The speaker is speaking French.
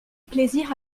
plaisir